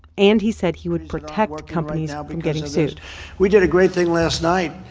and he said he would protect companies um from getting sued we did a great thing last night